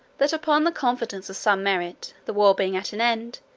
that upon the confidence of some merit, the war being at an end,